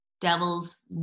devil's